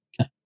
Okay